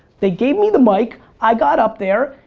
they gave me the mic, i got up there,